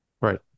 right